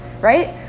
right